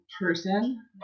person